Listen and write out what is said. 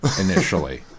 initially